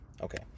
okay